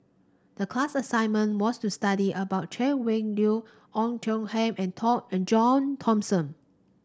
the class assignment was to study about Chay Weng Yew Oei Tiong Ham and and John Thomson